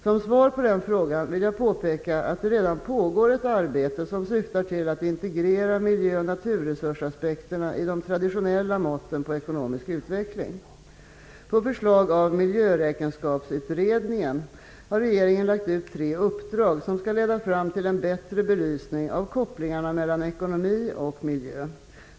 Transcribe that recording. Som svar på den frågan vill jag påpeka att det redan pågår ett arbete som syftar till att integrera miljöoch naturresursaspekterna i de traditionella måtten på ekonomisk utveckling. 1991:37) har regeringen lagt ut tre uppdrag som skall leda fram till en bättre belysning av kopplingarna mellan ekonomi och miljö.